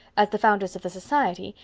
as the founders of the society,